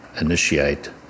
initiate